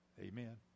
Amen